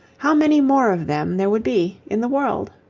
how many more of them there would be in the world!